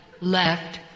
Left